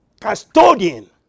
custodian